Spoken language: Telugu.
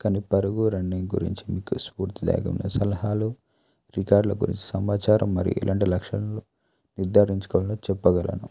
కానీ పరుగు రన్నింగ్ గురించి మీకు స్పూర్తి దేగలను సలహాలు రికార్డ్ల గురించి సమాచారం మరి ఇలాంటి లక్షణాలు నిర్దారించికోని చెప్పగలను